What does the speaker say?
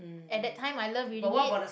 at that time I love reading it